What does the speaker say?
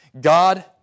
God